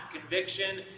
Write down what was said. conviction